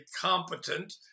competent